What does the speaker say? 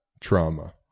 trauma